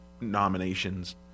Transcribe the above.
nominations